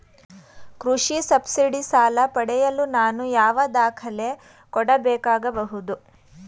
ಕೃಷಿ ಸಬ್ಸಿಡಿ ಸಾಲ ಪಡೆಯಲು ನಾನು ಯಾವ ದಾಖಲೆ ಕೊಡಬೇಕಾಗಬಹುದು?